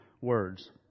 words